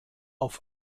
auf